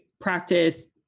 practice